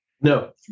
No